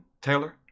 Taylor